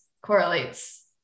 correlates